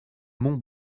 mont